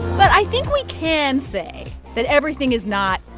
but i think we can say that everything is not,